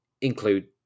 include